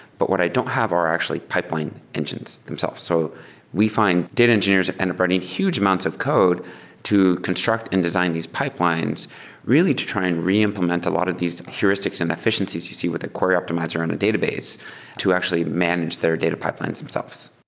but what i don't have are actually pipeline engines themselves. so we find data engineers end up running huge amounts of code to construct and design these pipelines really to try and re implement a lot of these heuristics and efficiencies you see with a query optimizer in a database to actually manage their data pipelines themselves.